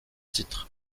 titres